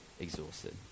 exhausted